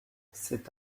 cet